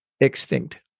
extinct